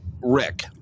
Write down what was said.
Rick